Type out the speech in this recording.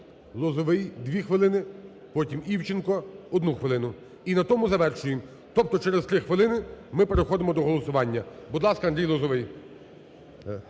Лозовий, дві хвилини, потім – Івченко, одну хвилину, і на тому завершуємо, тобто через три хвилини ми переходимо до голосування. Будь ласка, Андрій Лозовий.